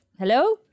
Hello